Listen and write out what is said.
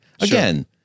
Again